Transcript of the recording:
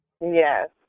yes